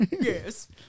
Yes